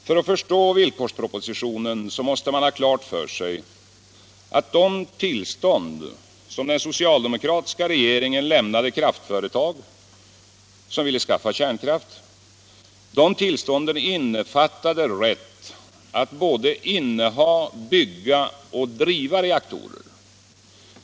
För att förstå villkorspropositionen måste man ha klart för sig att det tillstånd som den socialdemokratiska regeringen lämnade kraftföretag som ville skaffa kärnkraft innefattade rätt att både inneha, bygga och driva reaktorer.